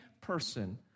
person